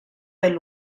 del